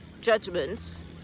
judgments